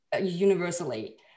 universally